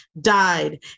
died